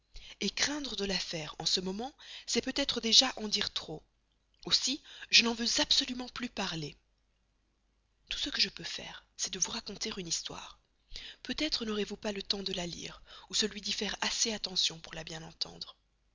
irrévocable craindre de la faire en ce moment c'est déjà peut-être en dire trop aussi je n'en veux absolument plus parler tout ce que je peux faire c'est de vous raconter une histoire peut-être n'aurez-vous pas le temps de la lire ou celui d'y faire assez attention pour la bien entendre